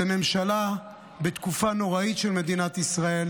זו ממשלה בתקופה נוראית של מדינת ישראל,